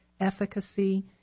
Efficacy